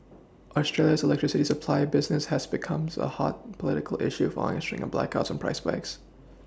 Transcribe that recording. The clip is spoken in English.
Australia's electricity supply business has becomes a hot political issue following a string of blackouts and price spikes